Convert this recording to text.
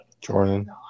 Jordan